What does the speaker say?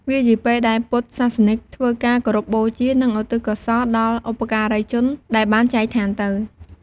វាជាពេលដែលពុទ្ធសាសនិកធ្វើការគោរពបូជា និងឧទ្ទិសកុសលដល់បុព្វការីជនដែលបានចែកឋានទៅ ។